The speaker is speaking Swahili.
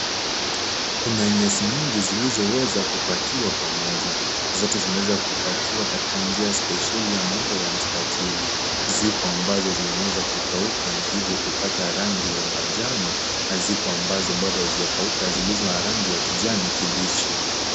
Kuna nyasi nyingi zilizoweza kupakiwa pamoja. Zote zimepakiwa kwa njia spesheli ya maumbo ya mstatili. Zipo ambazo zmeweza kukauka na ivo kupata rangi ya majano na zipo ambazo bado hazijakaula ziko na rangi ya kijani kibichi.